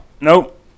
Nope